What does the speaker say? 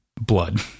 blood